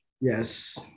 Yes